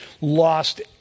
Lost